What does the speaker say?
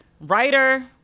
writer